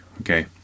okay